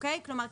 כלומר,